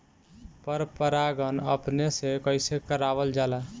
पर परागण अपने से कइसे करावल जाला?